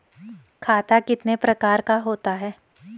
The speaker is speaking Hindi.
खाता कितने प्रकार का होता है?